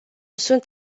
sunt